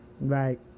Right